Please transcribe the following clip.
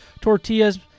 tortillas